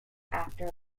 after